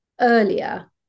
earlier